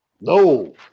no